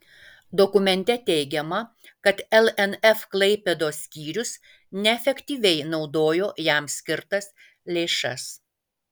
dokumente teigiama kad lnf klaipėdos skyrius neefektyviai naudojo jam skirtas lėšas